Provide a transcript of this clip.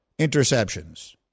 interceptions